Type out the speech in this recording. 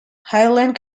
hyland